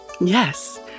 Yes